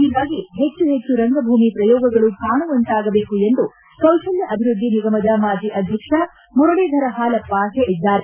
ಹೀಗಾಗಿ ಹೆಚ್ಚು ಹೆಚ್ಚು ರಂಗ ಭೂಮಿ ಪ್ರಯೋಗಗಳು ಕಾಣುವಂತಾಗಬೇಕು ಎಂದು ಕೌಶಲ್ಯ ಅಭಿವೃದ್ಧಿ ನಿಗಮದ ಮಾಜಿ ಅಧ್ಯಕ್ಷ ಮುರಳೀಧರ ಹಾಲಪ್ಪ ಹೇಳಿದ್ದಾರೆ